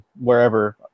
wherever